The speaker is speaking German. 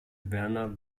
werner